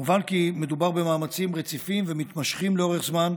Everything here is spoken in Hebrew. מובן כי מדובר במאמצים רציפים ומתמשכים לאורך זמן,